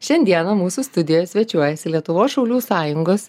šiandieną mūsų studijoje svečiuojasi lietuvos šaulių sąjungos